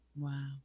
Wow